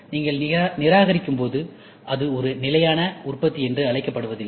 நீங்கள் நிராகரிக்கும்போது அது ஒரு நிலையான உற்பத்தி என்று அழைக்கப்படுவதில்லை